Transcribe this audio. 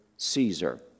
Caesar